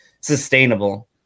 sustainable